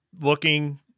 looking